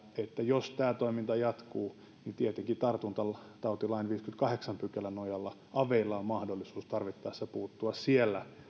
että jos tämä toiminta jatkuu niin tietenkin tartuntatautilain viidennenkymmenennenkahdeksannen pykälän nojalla aveilla on mahdollisuus tarvittaessa puuttua siellä